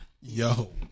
Yo